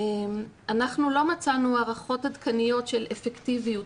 אנחנו לא מצאנו הערכות עדכניות של אפקטיביות,